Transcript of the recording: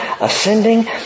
ascending